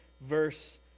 verse